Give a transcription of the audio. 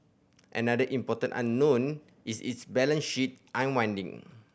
another important unknown is its balance sheet unwinding